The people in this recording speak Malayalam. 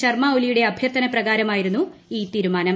ശർമ്മ ഒലിയുടെ അഭ്യർത്ഥന പ്രകാരമായിരുന്നു ഈ തീരുമാനം